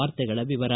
ವಾರ್ತೆಗಳ ವಿವರ